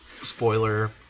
spoiler